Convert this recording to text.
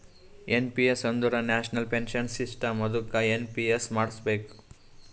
N P S ಅಂದುರ್ national pension system ಅದ್ದುಕ NPS ಮಾಡುಸ್ಬೇಕ್